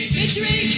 victory